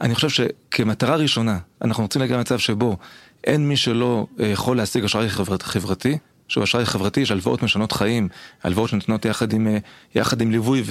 אני חושב שכמטרה ראשונה אנחנו רוצים להגיע למצב שבו אין מי שלא יכול להשיג אשראי חברתי שהוא אשראי חברתי שהלוואות משנות חיים הלוואות שנותנות יחד עם ליווי